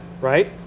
right